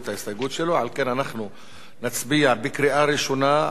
אנחנו נצביע בקריאה שנייה על הסעיפים 1,